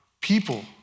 people